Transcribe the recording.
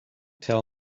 tell